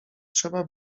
trzeba